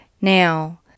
Now